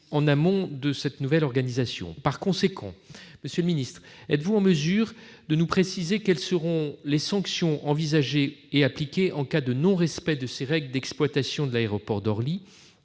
en amont de cette nouvelle organisation. Monsieur le secrétaire d'État, êtes-vous en mesure de nous préciser les sanctions envisagées et appliquées en cas de non-respect de ces règles d'exploitation de l'aéroport d'Orly ?